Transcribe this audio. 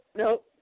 nope